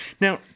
Now